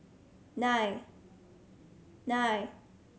nine nine